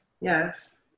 yes